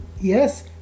yes